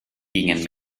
gingen